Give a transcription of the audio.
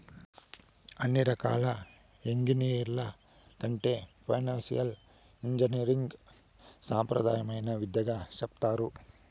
అన్ని రకాల ఎంగినీరింగ్ల కంటే ఫైనాన్సియల్ ఇంజనీరింగ్ సాంప్రదాయమైన విద్యగా సెప్తారు